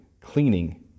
cleaning